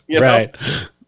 Right